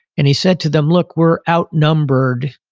and he said to them, look, we're out numbered,